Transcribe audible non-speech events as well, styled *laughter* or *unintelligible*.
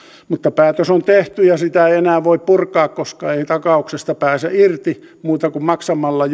mutta päätös on tehty ja sitä ei enää voi purkaa koska ei takauksesta pääse irti muuten kuin maksamalla *unintelligible*